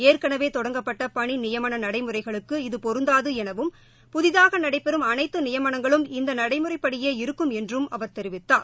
ஏற்கெனவே தொடங்கப்பட்ட பணி நியமன நடைமுறைகளுக்கு இது பொருந்தாது எனவும் புதிதாக நடைபெறும் அனைத்து நியமனங்களும் இந்த நடைமுறைப்படியே இருக்கும் என்றும் அவர் தெரிவித்தார்